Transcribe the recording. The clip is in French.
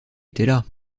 étaient